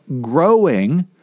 growing